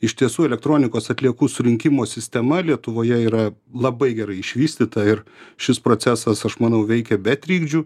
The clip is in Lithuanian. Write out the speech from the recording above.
iš tiesų elektronikos atliekų surinkimo sistema lietuvoje yra labai gerai išvystyta ir šis procesas aš manau veikia be trikdžių